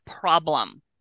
problem